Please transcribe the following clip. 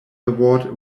award